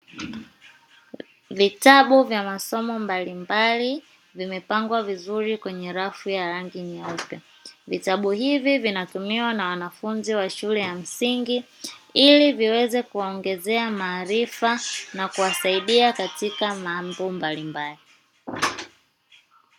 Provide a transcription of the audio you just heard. Vitabu vya masomo mbali mbali vimepangwa vizuri kwenye rafu ya rangi nyeupe, vitabu hivi vinatumiwa na wanafunzi wa shule ya msingi ili viweze kuwaongezea maarifa na kuwasaidia katika mambo mbali mbali.